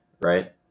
right